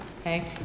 okay